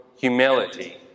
humility